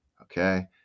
okay